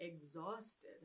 exhausted